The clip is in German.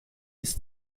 ist